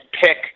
pick